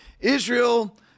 Israel